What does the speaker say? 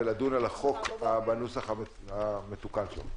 ונדון על החוק בנוסח המתוקן שלו.